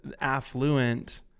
affluent